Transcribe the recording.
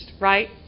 right